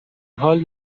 حال